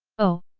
oh,